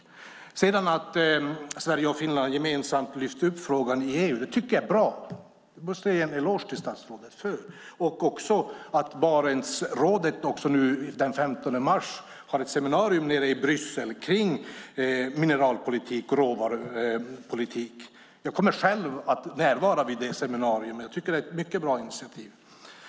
Jag tycker att det är bra att Sverige och Finland gemensamt har lyft upp frågan i EU. Jag måste ge en eloge till statsrådet för detta. Barentsrådet har ett seminarium den 15 mars nere i Bryssel om mineralpolitik och råvarupolitik. Jag kommer själv att närvara vid detta seminarium, som jag tycker är ett mycket bra initiativ.